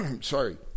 Sorry